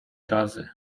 razy